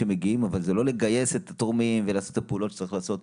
אבל זה לא לגייס את התורמים ולעשות את הפעולות שצריך לעשות.